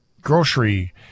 grocery